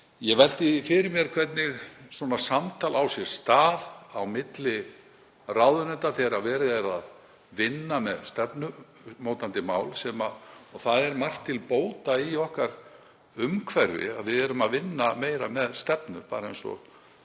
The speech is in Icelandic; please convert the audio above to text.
Ég velti því fyrir mér hvernig svona samtal á sér stað á milli ráðuneyta þegar verið er að vinna með stefnumótandi mál. Það er margt til bóta í umhverfi okkar. Við erum að vinna meira með stefnur. Ég